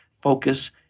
focus